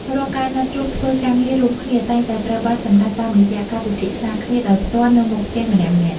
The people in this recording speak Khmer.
រាល់ការណាត់ជួបធ្វើការងាររួមគ្នា តែងតែត្រូវបានសម្រេចតាមរយៈការពិភាក្សាគ្នាដោយផ្ទាល់នៅមុខផ្ទះម្នាក់ៗ។